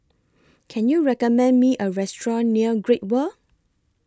Can YOU recommend Me A Restaurant near Great World